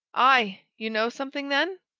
aye you know something, then?